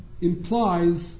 implies